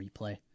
replay